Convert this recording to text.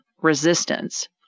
resistance